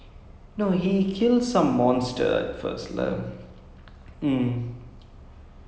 in the witcher there's like three storylines going at the same time and then they all of them meet somehow